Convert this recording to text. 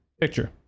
picture